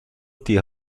die